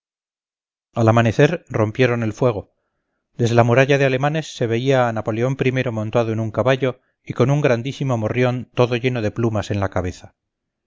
al amanecer rompieron el fuego desde la muralla de alemanes se veía a napoleón i montado en un caballo y con un grandísimo morrión todo lleno de plumas en la cabeza